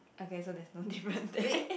okay so there's no difference there